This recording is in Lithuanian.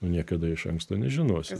nu niekada iš anksto nežinosi